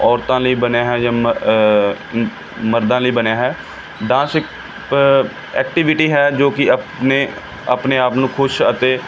ਔਰਤਾਂ ਲਈ ਬਣਿਆ ਹੈ ਜਾਂ ਮ ਮਰਦਾਂ ਲਈ ਬਣਿਆ ਹੈ ਡਾਂਸ ਇੱਕ ਐਕਟੀਵੀਟੀ ਹੈ ਜੋ ਕਿ ਆਪਣੇ ਆਪਣੇ ਆਪ ਨੂੰ ਖੁਸ਼ ਅਤੇ